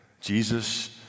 Jesus